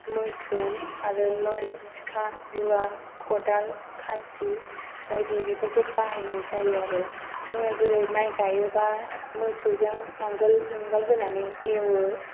मोसौ आरो मै सिखा रुवा खदाल खासि बायदि बेफोरखौ बाहायनाय जायो आरो जोङो जेरै माइ गायोबा मोसौजों नांगोल जुंगाल होनानै एवो